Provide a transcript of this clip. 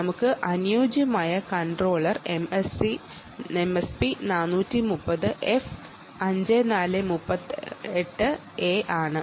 നമുക്ക് അനുയോജ്യമായ controller MSP 430 F 5438 A ആണ്